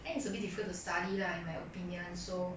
then it's a bit difficult to study lah in my opinion so